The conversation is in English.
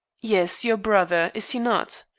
yes your brother, is he not?